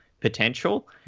Potential